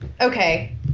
Okay